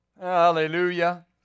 Hallelujah